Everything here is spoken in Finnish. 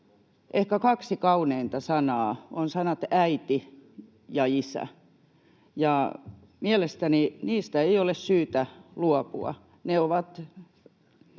ehkä kaksi kauneinta sanaa ovat sanat äiti ja isä, ja mielestäni niistä ei ole syytä luopua.